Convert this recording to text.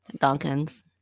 duncan's